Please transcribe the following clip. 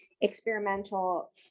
experimental